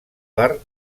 per